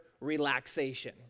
relaxation